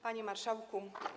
Panie Marszałku!